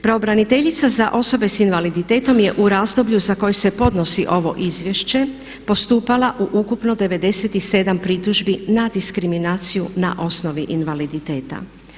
Pravobraniteljica za osobe s invaliditetom je u razdoblju za koje se podnosi ovo izvješće postupala u ukupno 97 pritužbi na diskriminaciju na osnovi invaliditeta.